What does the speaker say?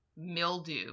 mildew